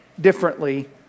differently